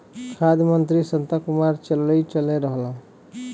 खाद्य मंत्री शांता कुमार चललइले रहलन